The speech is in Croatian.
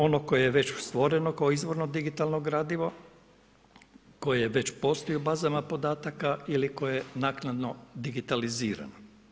Ono koje je već stvoreno kao izvorno digitalno gradivo, koje već postoji u bazama podataka ili koje je naknadno digitalizirano.